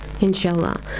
Inshallah